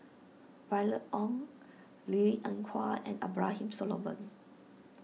Violet Oon Linn in Hua and Abraham Solomon